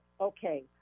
okay